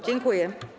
Dziękuję.